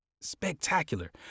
spectacular